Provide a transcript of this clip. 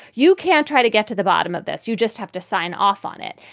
you can't try to get to the bottom of this. you just have to sign off on it.